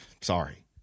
Sorry